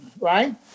right